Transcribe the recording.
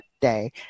day